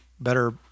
better